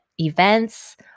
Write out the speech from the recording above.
events